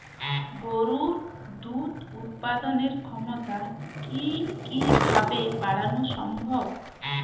গরুর দুধ উৎপাদনের ক্ষমতা কি কি ভাবে বাড়ানো সম্ভব?